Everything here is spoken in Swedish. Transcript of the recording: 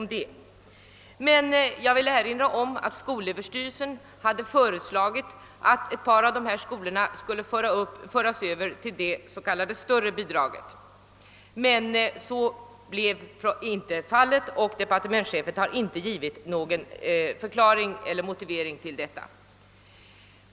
Men jag vill erinra om att skolöverstyrelsen föreslagit att ett par av dessa skolor skall föras över till det s.k. större bidraget. Så blev nu inte fallet och departementschefen har inte givit någon förklaring eller motivering till detta.